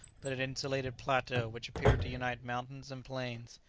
but an insulated plateau which appeared to unite mountains and plains.